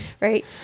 Right